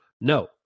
no